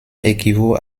équivaut